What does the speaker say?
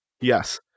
Yes